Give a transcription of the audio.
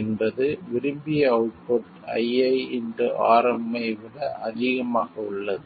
என்பது விரும்பிய output iiRm ஐ விட அதிகமாக உள்ளது